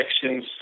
sections